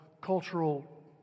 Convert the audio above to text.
cultural